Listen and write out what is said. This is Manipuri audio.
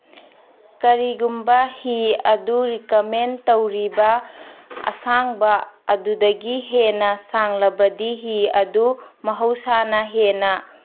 ꯀꯔꯤꯒꯨꯝꯕ ꯍꯤ ꯑꯗꯨ ꯔꯤꯀꯃꯦꯟ ꯇꯧꯔꯤꯕ ꯑꯁꯥꯡꯕ ꯑꯗꯨꯗꯒꯤ ꯍꯦꯟꯅ ꯁꯥꯡꯂꯕꯗꯤ ꯍꯤ ꯑꯗꯨ ꯃꯍꯧꯁꯥꯅ ꯍꯦꯟꯅ